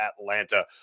Atlanta